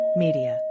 media